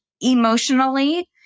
emotionally